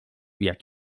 jak